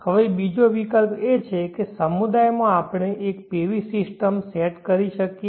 હવે બીજો વિકલ્પ એ છે કે સમુદાયમાં આપણે એક PV સિસ્ટમ સેટ કરી શકીએ